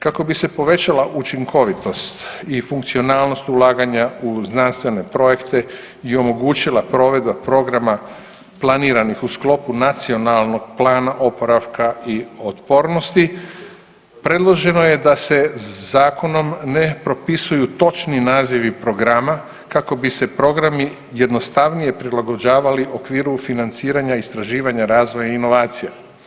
Kako bi se povećala učinkovitost i funkcionalnost ulaganja u znanstvene projekte i omogućila provedba programa planiranih u sklopu Nacionalnog plana oporavka i otpornosti predloženo je da se zakonom ne propisuju točni nazivi programa kako bi se programi jednostavnije prilagođavali okviru financiranja, istraživanja razvoja i inovacija.